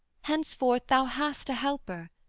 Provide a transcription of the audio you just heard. henceforth thou hast a helper,